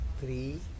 three